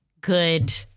good